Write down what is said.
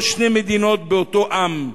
לא שתי מדינות באותו עם.